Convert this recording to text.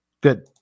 Good